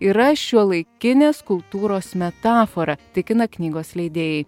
yra šiuolaikinės kultūros metafora tikina knygos leidėjai